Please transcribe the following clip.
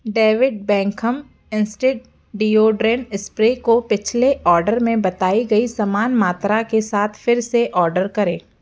David Beckham Instinct deodorant spray को पिछले order में बताई गई समान मात्रा के साथ फिर से ऑर्डर करें